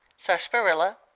sarsaparilla,